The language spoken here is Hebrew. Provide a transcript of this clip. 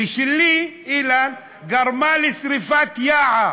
ושלי, אילן, גרמה לשרפת יער,